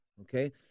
Okay